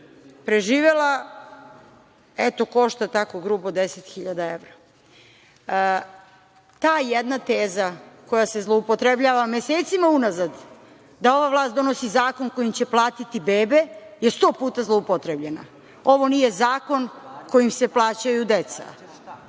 preživela, eto košta tako grubo 10.000 evra. Ta jedna teza koja se zloupotrebljava mesecima unazad da ova vlast donosi zakon kojim će platiti bebe je sto puta zloupotrebljena. Ovo nije zakon kojim se plaćaju deca.